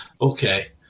Okay